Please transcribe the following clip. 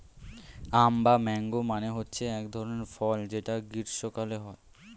আম বা ম্যাংগো মানে হচ্ছে এক ধরনের ফল যেটা গ্রীস্মকালে হয়